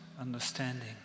understanding